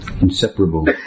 inseparable